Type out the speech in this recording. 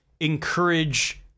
encourage